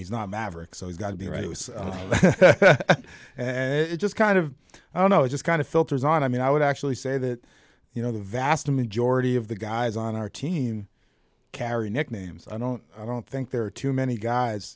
he's not mavericks so he's got to be right and it just kind of i don't know it just kind of filters on i mean i would actually say that you know the vast majority of the guys on our team carry nicknames i don't i don't think there are too many guys